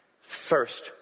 First